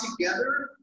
together